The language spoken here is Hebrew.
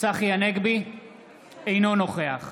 אינו נוכח